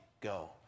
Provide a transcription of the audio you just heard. go